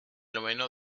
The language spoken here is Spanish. noveno